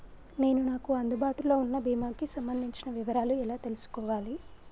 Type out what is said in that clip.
నేను నాకు అందుబాటులో ఉన్న బీమా కి సంబంధించిన వివరాలు ఎలా తెలుసుకోవాలి?